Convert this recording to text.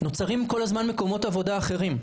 נוצרים כל הזמן מקומות עבודה אחרים.